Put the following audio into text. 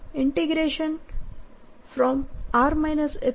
તેથી R ϵRϵ